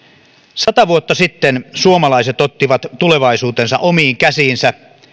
sata vuotta sitten suomalaiset ottivat tulevaisuutensa omiin käsiinsä